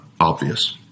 obvious